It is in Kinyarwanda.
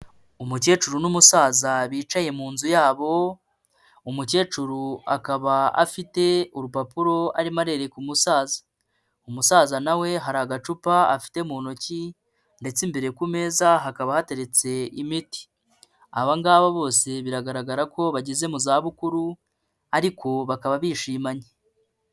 Umukecuru n'umusaza bicaye mu nzu yabo, umukecuru akaba afite urupapuro arimo arereka umusaza, umusaza na we hari agacupa afite mu ntoki ndetse imbere ku meza hakaba hateretse imiti. Aba ngabo bose biragaragara ko bageze mu zabukuru ariko bakaba bishimanye.